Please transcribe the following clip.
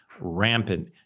rampant